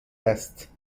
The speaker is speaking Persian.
است